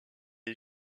est